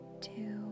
two